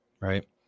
right